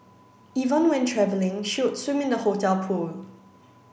even when travelling she would swim in the hotel pool